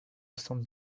san